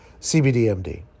CBDMD